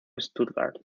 stuttgart